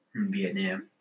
Vietnam